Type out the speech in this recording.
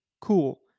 cool